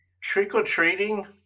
trick-or-treating